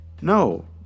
no